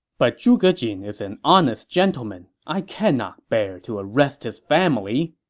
but zhuge jin is an honest gentleman i cannot bear to arrest his family,